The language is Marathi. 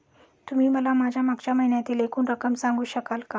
तुम्ही मला माझ्या मागच्या महिन्यातील एकूण रक्कम सांगू शकाल का?